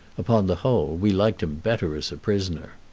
upon the whole, we liked him better as a prisoner.